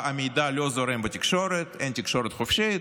המידע לא זורם בתקשורת, אין תקשורת חופשית,